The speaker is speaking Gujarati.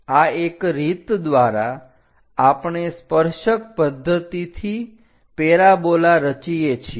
આ એક રીત દ્વારા આપણે સ્પર્શક પદ્ધતિથી પેરાબોલા રચીએ છીએ